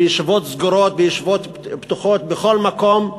בישיבות סגורות, בישיבות פתוחות, בכל מקום,